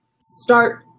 start